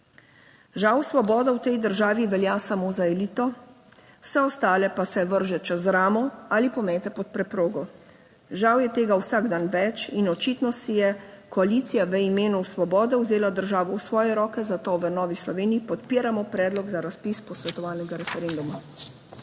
Žal svoboda v tej državi velja samo za elito, vse ostale pa se vrže čez ramo ali pomete pod preprogo. Žal je tega vsak dan več in očitno si je koalicija v imenu svobode vzela državo v svoje roke, zato v Novi Sloveniji podpiramo Predlog za razpis posvetovalnega referenduma.